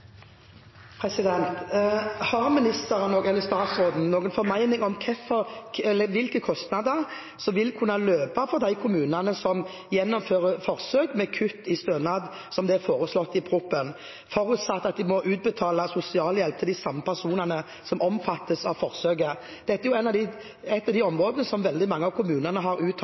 Har statsråden noen formening om hvilke kostnader som vil kunne løpe for de kommunene som gjennomfører forsøk med kutt i stønad, som det er foreslått i proposisjonen, forutsatt at de må utbetale sosialhjelp til de samme personene som omfattes av forsøket? Dette er et av de områdene som veldig mange av kommunene har uttalt